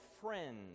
friend